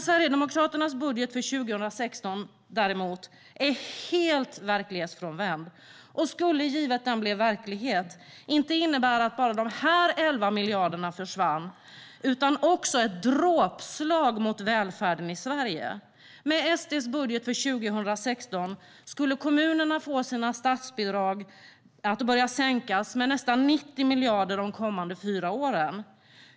Sverigedemokraternas budget för 2016, däremot, är helt verklighetsfrånvänd och skulle, givet den blev verklighet, inte bara innebära att de här 11 miljarderna försvann. Det skulle också bli ett dråpslag mot välfärden i Sverige. Med SD:s budget för 2016 skulle kommunerna få sina statsbidrag sänkta med nästan 90 miljarder de kommande fyra åren.